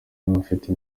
n’abafite